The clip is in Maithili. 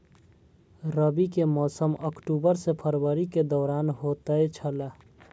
रबी के मौसम अक्टूबर से फरवरी के दौरान होतय छला